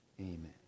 Amen